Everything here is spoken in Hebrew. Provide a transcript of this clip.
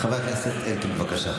חבר הכנסת אלקין, בבקשה.